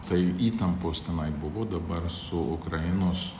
tai įtampos tenai buvo dabar su ukrainos